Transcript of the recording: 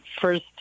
first